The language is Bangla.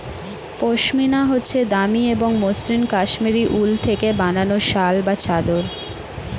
পশমিনা হচ্ছে দামি এবং মসৃন কাশ্মীরি উল থেকে বানানো শাল বা চাদর